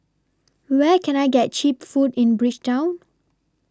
Where Can I get Cheap Food in Bridgetown